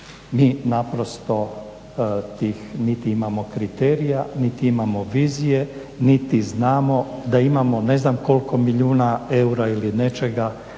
Mi naprosto tih niti imamo kriterija, niti imamo vizije, niti znamo da imamo ne znam koliko milijuna eura ili nečega